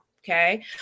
Okay